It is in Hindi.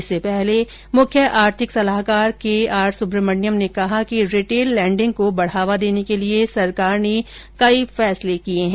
इससे पहले मुख्य आर्थिक सलाहकार के आर सुब्रमण्यम ने कहा कि रिटेल लैंडिंग को बढ़ावा देने के लिए सरकार ने कई फैसले किये हैं